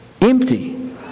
empty